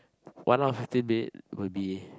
one hour fifteen minutes will be